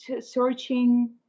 searching